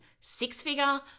six-figure